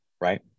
right